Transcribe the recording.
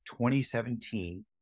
2017